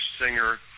singer